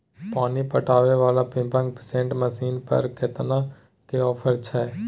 पानी पटावय वाला पंपिंग सेट मसीन पर केतना के ऑफर छैय?